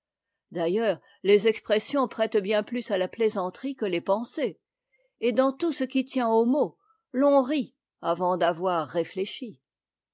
d'ailleurs les expressions prêtent bien plus à la plaisanterie que les pensées et dans tout ce qui tient aux mots l'on rit avant d'avoir réfléchi